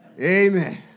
Amen